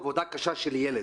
עבודה קשה של ילד.